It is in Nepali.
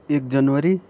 एक जनवरी